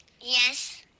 Yes